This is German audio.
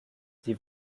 sie